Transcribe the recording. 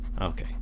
Okay